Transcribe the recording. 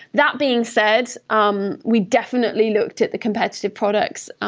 that being said, um we definitely looked at the competitive products,